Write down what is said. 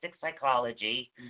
psychology